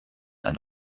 ein